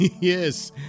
Yes